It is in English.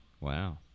Wow